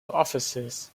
offices